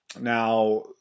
Now